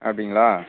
அப்படிங்களா